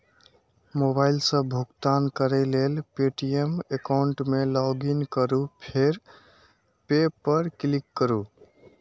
mobile सं भुगतान करै लेल पे.टी.एम एकाउंट मे लॉगइन करू फेर पे पर क्लिक करू